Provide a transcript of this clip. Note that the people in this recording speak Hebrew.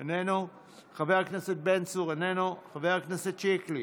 איננו, חבר הכנסת בן צור, איננו, חבר הכנסת שיקלי,